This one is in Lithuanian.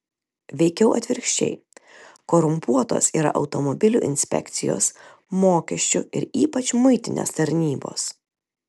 veikiau atvirkščiai korumpuotos yra automobilių inspekcijos mokesčių ir ypač muitinės tarnybos